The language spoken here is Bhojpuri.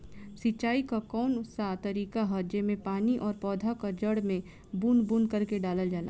सिंचाई क कउन सा तरीका ह जेम्मे पानी और पौधा क जड़ में बूंद बूंद करके डालल जाला?